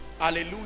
Hallelujah